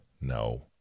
No